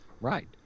Right